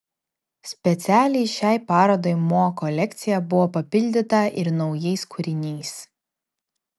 specialiai šiai parodai mo kolekcija buvo papildyta ir naujais kūriniais